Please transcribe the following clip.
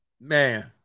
Man